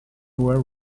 were